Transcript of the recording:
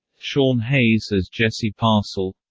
sean hayes as jesse parcell